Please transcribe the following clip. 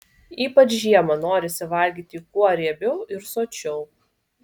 ypač žiemą norisi valgyti kuo riebiau ir sočiau